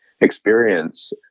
Experience